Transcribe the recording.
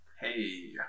Hey